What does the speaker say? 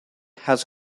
has